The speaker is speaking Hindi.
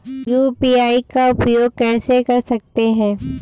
यू.पी.आई का उपयोग कैसे कर सकते हैं?